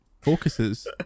focuses